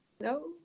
No